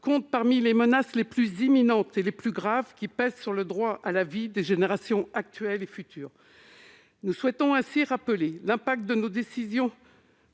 comptent parmi les menaces les plus imminentes et les plus graves qui pèsent sur le droit à la vie des générations actuelles et futures. » Nous souhaitons ainsi rappeler que nos décisions